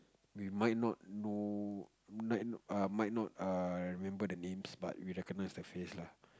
we might not know might not err remember the names but we recognise the face lah